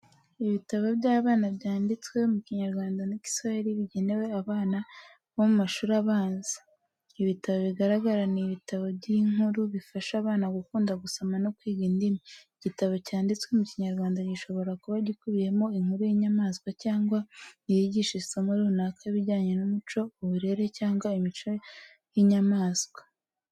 Ibitabo by’abana byanditswe mu Kinyarwanda na Kiswahili bigenewe abana bo mu mashuri abanza. Ibitabo bigaragara ni ibitabo by’inkuru zifasha abana gukunda gusoma no kwiga indimi. Igitabo cyanditse mu Kinyarwanda gishobora kuba gikubiyemo inkuru y’inyamaswa cyangwa iyigisha isomo runaka bijyanye n’umuco, uburere cyangwa imico y’inyamaswa.